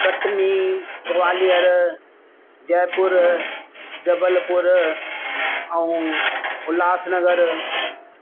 कटनी ग्वालियर जयपुर जबलपुर ऐं उल्हासनगर